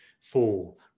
fall